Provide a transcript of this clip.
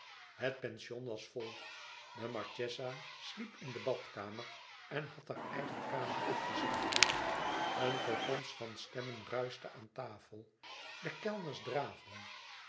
het pension was vol de marchesa sliep in de badkamer en had hare eigen kamer afgestaan een gegons van stemmen ruischte aan tafel de kellners draafden